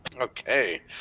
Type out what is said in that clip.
Okay